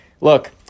look